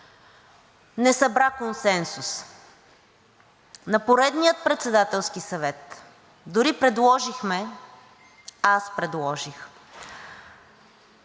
не събра консенсус. На поредния Председателски съвет дори предложихме – аз предложих,